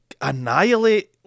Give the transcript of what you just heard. annihilate